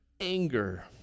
anger